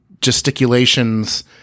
gesticulations